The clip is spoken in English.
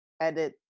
edit